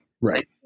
right